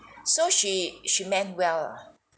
so she she meant well lah